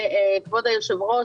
כבוד היושב-ראש,